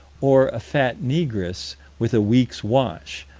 or a fat negress with a week's wash,